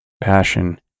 passion